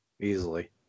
easily